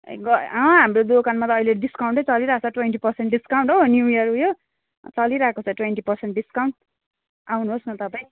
अँ हाम्रो दोकानमा त अहिले डिस्काउन्टै चलिरहेछ ट्वेन्टी पर्सेन्च डिस्काउन्ट हो न्यू इयर उयो चलिरहेको छ ट्वेन्टी पर्सेन्ट डिस्काउन्ट आउनुहोस् न तपाईँ